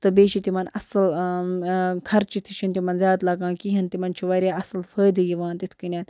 تہٕ بیٚیہِ چھِ تِمَن اَصٕل خرچہِ تہِ چھُنہٕ تِمَن زیادٕ لَگان کِہیٖنۍ تِمَن چھُ وارِیاہ اَصٕل فٲیدٕ یِوان تِتھ کٔنٮ۪تھ